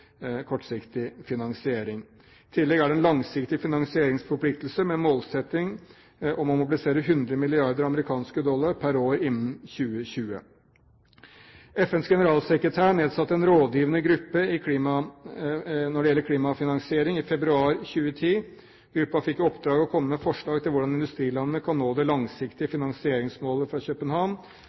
tillegg er det en langsiktig finansieringsforpliktelse med målsetting om å mobilisere 100 mrd. amerikanske dollar per år innen 2020. FNs generalsekretær nedsatte en rådgivende gruppe når det gjelder klimafinansiering, i februar 2010. Gruppen fikk i oppdrag å komme med forslag til hvordan industrilandene kan nå det langsiktige finansieringsmålet fra København.